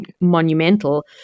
monumental